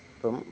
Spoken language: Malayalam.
അപ്പം